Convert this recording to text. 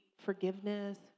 forgiveness